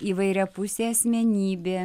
įvairiapusė asmenybė